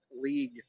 League